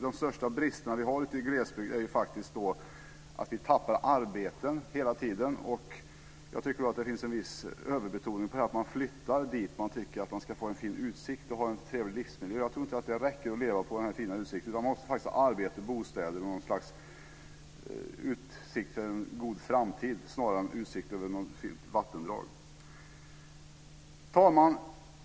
De största bristerna vi har i glesbygden är att vi hela tiden tappar arbeten. Det finns en viss överbetoning på att man flyttar dit där man ska få en fin utsikt och ha en trevlig livsmiljö. Jag tror inte att det räcker att leva på den fina utsikten. Man måste ha arbete, bostäder och utsikter för en god framtid snarare än utsikt över något fint vattendrag. Herr talman!